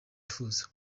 wifuza